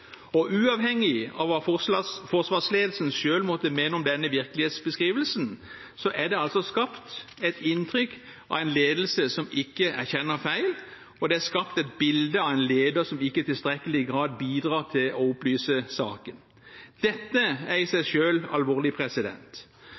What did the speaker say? nå. Uavhengig av hva forsvarsledelsen selv måtte mene om denne virkelighetsbeskrivelsen, er det altså skapt et inntrykk av en ledelse som ikke erkjenner feil, og det er skapt et bilde av en leder som ikke i tilstrekkelig grad bidrar til å opplyse saken. Dette er i seg